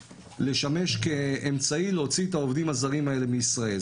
לשמש כאמצעי להוציא את העובדים הזרים האלה מישראל.